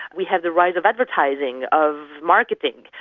we have the rise of advertising, of marketing,